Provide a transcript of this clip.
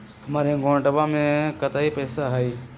हमार अकाउंटवा में कतेइक पैसा हई?